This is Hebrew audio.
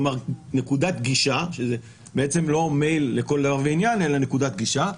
כלומר נקודת גישה שזה לא מייל לכל דבר ועניין אלא נקודת גישה,